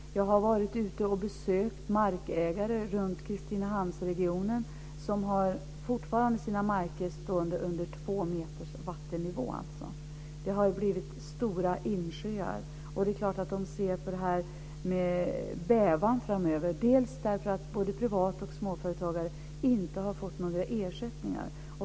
Jag har varit ute och besökt markägare i Kristinehamnsregionen vars marker fortfarande står under två meter vatten. Det har blivit stora insjöar. Det är klart att de ser på detta med bävan. Varken privatpersoner eller småföretagare har fått några ersättningar.